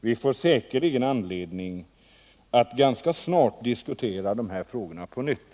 Vi får säkerligen anledning att ganska snart diskutera de här frågorna på nytt.